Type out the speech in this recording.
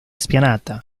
spianata